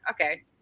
okay